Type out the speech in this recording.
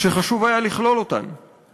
שחשוב היה לכלול אותן שם.